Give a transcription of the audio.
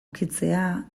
ukitzea